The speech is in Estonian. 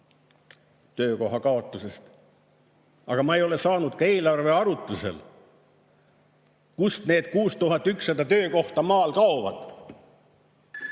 töökoha kaotusest. Aga ma ei ole saanud ka eelarve arutlusel teada, kust need 6100 töökohta maal kaovad.